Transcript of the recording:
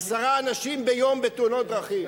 עשרה אנשים ביום, בתאונות דרכים.